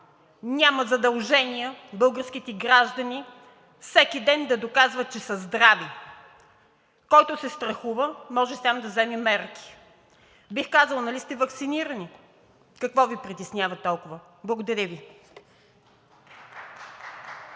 нямат задължения всеки ден да доказват, че са здрави. Който се страхува, може сам да вземе мерки. Бих казала – нали сте ваксинирани? Какво Ви притеснява толкова? Благодаря Ви.